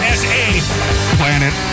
Planet